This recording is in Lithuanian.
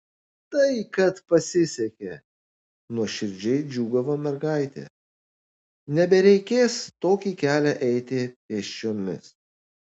tai kad pasisekė nuoširdžiai džiūgavo mergaitė nebereikės tokį kelią eiti pėsčiomis